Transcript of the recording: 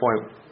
point